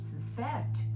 suspect